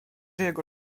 jego